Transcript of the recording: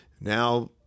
now